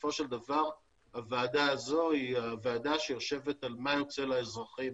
בסופו של דבר הוועדה הזו היא הוועדה שיושבת על מה יוצא לאזרחים